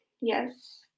yes